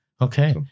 okay